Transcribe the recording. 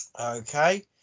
Okay